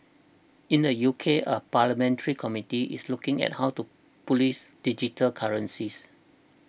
in the U K a parliamentary committee is looking at how to police digital currencies